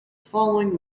following